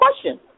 question